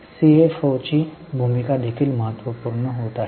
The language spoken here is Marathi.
सीएफओची भूमिका देखील महत्त्वपूर्ण होत आहे